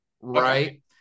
Right